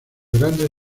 grandes